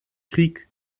krieg